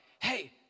hey